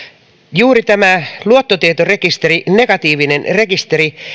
juuri tämä luottotietorekisteri negatiivinen rekisteri